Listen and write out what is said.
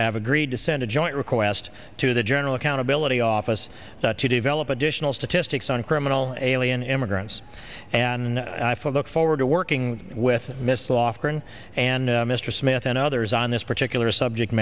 have agreed to send a joint request to the general accountability office to develop additional statistics on criminal alien immigrants and look forward to working with missile offering and mr smith and others on this particular subject